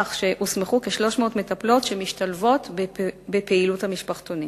כך שהוסמכו כ-300 מטפלות שמשתלבות בפעילות המשפחתונים.